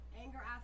anger